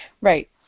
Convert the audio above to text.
Right